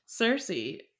Cersei